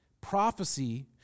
prophecy